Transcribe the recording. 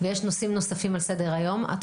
ויש נושאים נוספים על סדר היום את